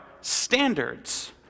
standards